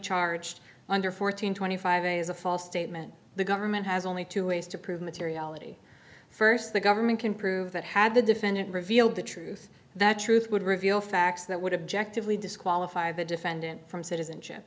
charged under fourteen twenty five is a false statement the government has only two ways to prove materiality first the government can prove that had the defendant revealed the truth that truth would reveal facts that would objective we disqualify the defendant from citizenship